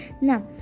now